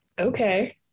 Okay